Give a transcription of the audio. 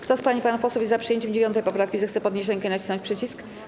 Kto z pań i panów posłów jest za przyjęciem 9. poprawki, zechce podnieść rękę i nacisnąć przycisk.